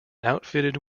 outfitted